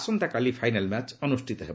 ଆସନ୍ତାକାଲି final match ଅନୁଷ୍ଠିତ ହେବ